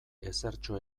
ezertxo